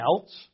else